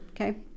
Okay